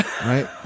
Right